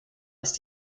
ist